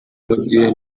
mujyi